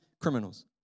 criminals